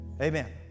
Amen